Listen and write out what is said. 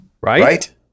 Right